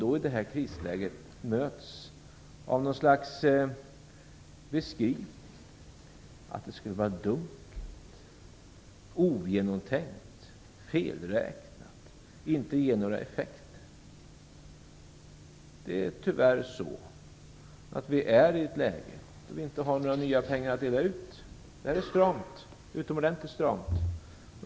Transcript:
Därför blir jag upprörd när jag möts av dem som beskriver detta som dunkelt, ogenomtänkt, felräknat och som att det inte ger några effekter. Tyvärr är vi i ett läge då det inte finns några nya pengar att dela ut. Det här är utomordentligt stramt.